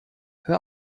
hör